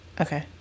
Okay